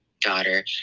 daughter